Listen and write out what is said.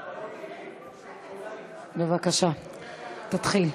בבקשה, תתחיל.